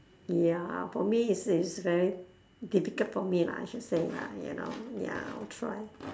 ya for me this is very difficult for me lah I should say lah you know ya I'll try